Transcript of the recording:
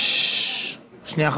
שנייה.